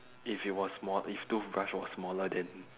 if it was small if toothbrush was smaller then